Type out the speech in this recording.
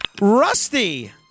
Rusty